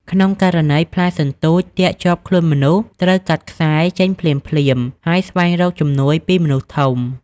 ក្នុងករណីផ្លែសន្ទូចទាក់ជាប់ខ្លួនមនុស្ស ត្រូវ កាត់ខ្សែ ចេញភ្លាមៗ ហើយស្វែងរកជំនួយពីមនុស្សធំ។